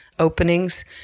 openings